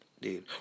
Dude